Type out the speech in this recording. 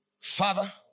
Father